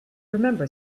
remember